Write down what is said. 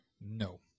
No